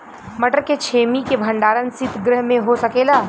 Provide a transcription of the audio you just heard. मटर के छेमी के भंडारन सितगृह में हो सकेला?